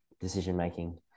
decision-making